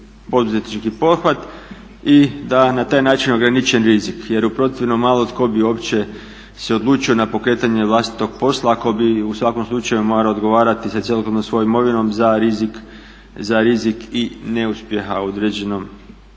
poduzetnički pothvat i da je na taj način ograničen rizik. Jer u protivnom malo tko bi uopće se odlučio na pokretanje vlastitog posla ako bi u svakom slučaju morao odgovarati sa cjelokupnom svojom imovinom za rizik i neuspjeh u određenom